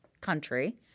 country